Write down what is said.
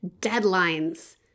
deadlines